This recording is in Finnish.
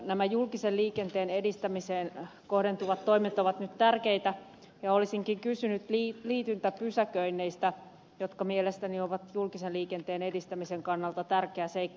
nämä julkisen liikenteen edistämiseen kohdentuvat toimet ovat nyt tärkeitä ja olisinkin kysynyt liityntäpysäköinneistä jotka mielestäni ovat julkisen liikenteen edistämisen kannalta tärkeä seikka